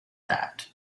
that